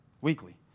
weekly